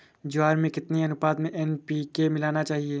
ज्वार में कितनी अनुपात में एन.पी.के मिलाना चाहिए?